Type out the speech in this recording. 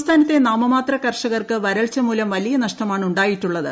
സംസ്ഥാനത്തെ നാമമാത്ര കർഷകർക്ക് വരൾച്ചമൂലം വലിയ നഷ്ടമാണ് ഉണ്ടായിട്ടുള്ളത്